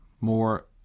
more